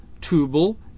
Tubal